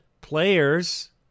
players